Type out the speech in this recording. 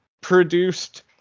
produced